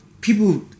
people